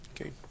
Okay